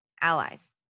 allies